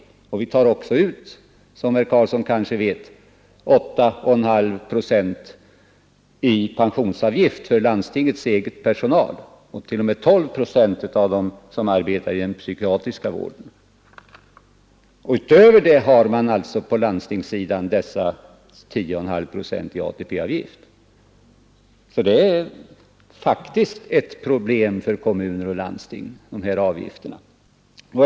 Som herr Karlsson kanske vet tar vi ut 8,5 procent i pensionsavgift för landstingens egen personal och t.o.m. 12 procent för dem som arbetar i den psykiatriska vården. Utöver det har man alltså på landstingssidan dessa 10,5 procent i ATP-avgift, och dessa avgifter är faktiskt problem för kommuner och landsting.